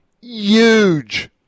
Huge